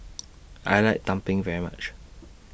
I like Tumpeng very much